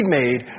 made